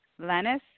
Lennis